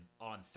on